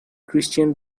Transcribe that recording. christian